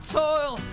toil